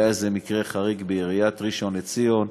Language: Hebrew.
היה איזה מקרה חריג בעיריית ראשון-לציון,